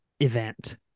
event